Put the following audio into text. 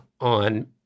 on